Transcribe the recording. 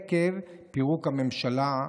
לצערנו, עקב פירוק הממשלה,